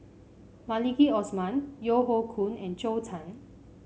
Maliki Osman Yeo Hoe Koon and Zhou Can